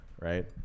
right